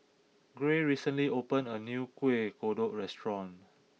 Gray recently opened a new Kueh Kodok restaurant